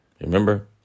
Remember